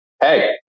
hey